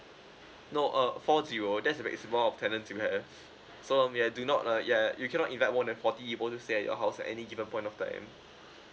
no uh four zero that's the maximum of tenants you have so um yeah do not uh ya you cannot invite more than forty people to stay at your house at any given point of time